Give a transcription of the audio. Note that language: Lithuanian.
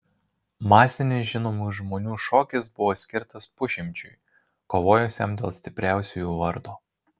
masinis žinomų žmonių šokis buvo skirtas pusšimčiui kovojusiam dėl stipriausiųjų vardo